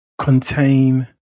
contain